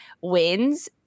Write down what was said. wins